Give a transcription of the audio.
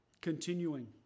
Continuing